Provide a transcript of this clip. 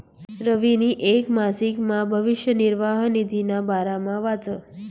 रवीनी येक मासिकमा भविष्य निर्वाह निधीना बारामा वाचं